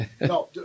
No